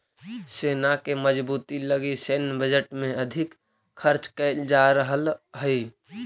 सेना के मजबूती लगी सैन्य बजट में अधिक खर्च कैल जा रहल हई